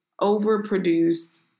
overproduced